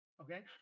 okay